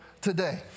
today